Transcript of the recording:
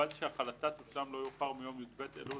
ובלבד שהחלתה תושלם לא יאוחר מיום י"ב אלול